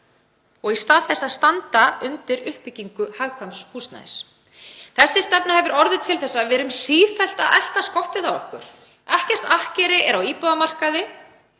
— í stað þess að standa undir uppbyggingu hagkvæms húsnæðis. Þessi stefna hefur orðið til þess að við erum sífellt að elta skottið á okkur, ekkert akkeri er á íbúðamarkaði